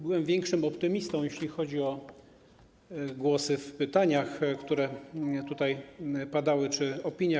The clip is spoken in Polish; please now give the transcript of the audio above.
Byłem większym optymistą, jeśli chodzi o głosy w pytaniach, które tutaj padały, czy opiniach.